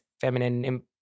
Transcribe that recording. feminine